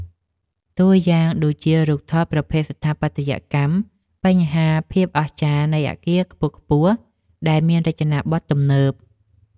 តួយ៉ាងដូចជា រូបថតប្រភេទស្ថាបត្យកម្ម បង្ហាញពីភាពអស្ចារ្យនៃអាគារខ្ពស់ៗដែលមានរចនាបថទំនើប។